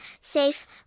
safe